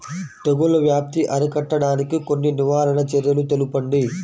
తెగుళ్ల వ్యాప్తి అరికట్టడానికి కొన్ని నివారణ చర్యలు తెలుపండి?